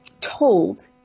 told